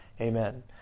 amen